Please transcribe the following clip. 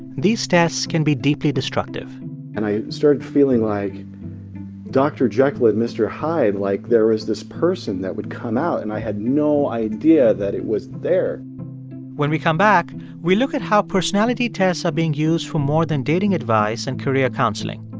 these tests can be deeply destructive and i started feeling like dr. jekyll and mr. hyde like, there was this person that would come out, and i had no idea that it was there when we come back, we look at how personality tests are being used for more than dating advice and career counseling.